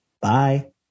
Bye